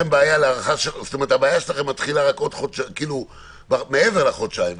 הבעיה שלכם מתחילה מעבר לחודשיים?